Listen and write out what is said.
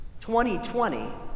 2020